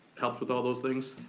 helps with all those things.